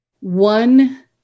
One